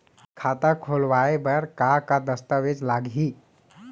खाता खोलवाय बर का का दस्तावेज लागही?